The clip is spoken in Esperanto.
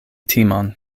timon